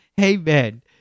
Amen